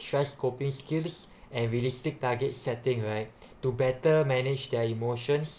stress coping skills and realistic luggage setting right to better manage their emotions